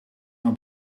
haar